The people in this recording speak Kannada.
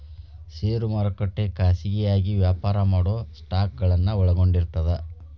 ಷೇರು ಮಾರುಕಟ್ಟೆ ಖಾಸಗಿಯಾಗಿ ವ್ಯಾಪಾರ ಮಾಡೊ ಸ್ಟಾಕ್ಗಳನ್ನ ಒಳಗೊಂಡಿರ್ತದ